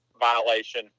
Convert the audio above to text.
violation